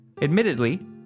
Admittedly